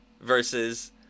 versus